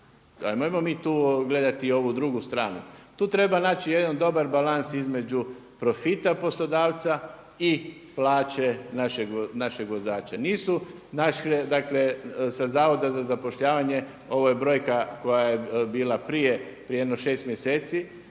Ajmo mi gledati tu i ovu drugu stranu. Tu treba naći jedan dobar balans između profita poslodavca i plaće našeg vozača. Nisu sa Zavoda za zapošljavanje ovo je brojka koja je bila prije jedno šest mjeseci,